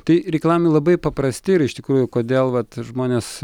tai reikalavimai labai paprasti ir iš tikrųjų kodėl vat žmonės